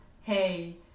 hey